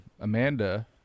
Amanda